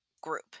group